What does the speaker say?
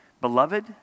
Beloved